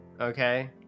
okay